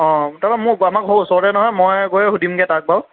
অঁ তাৰপৰা মোৰ আমাৰ ঘৰৰ ওচৰতে নহয় মই গৈ সুধিমগৈ তাক বাৰু